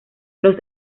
los